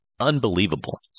Unbelievable